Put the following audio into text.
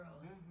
girls